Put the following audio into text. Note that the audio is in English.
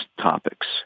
topics